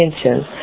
attention